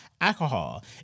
alcohol